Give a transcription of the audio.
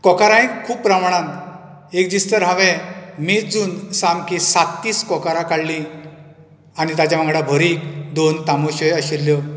कोकारांय खूब प्रमाणान एक दीस तर हांवें मेजून सामकी सात तीस कोकारां काडलीं आनी ताच्या वांगडा भरीक दोन तोमुश्यो आशिल्ल्यो